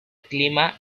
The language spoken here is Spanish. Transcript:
clima